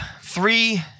three